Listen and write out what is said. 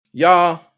Y'all